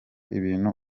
ibintu